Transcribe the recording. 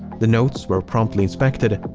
the notes were promptly inspected,